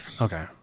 Okay